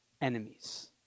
enemies